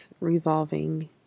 Revolving